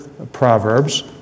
Proverbs